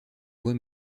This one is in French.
voie